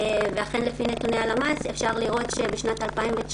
ואכן לפי נתוני הלמ"ס אפשר לראות שבשנת 2019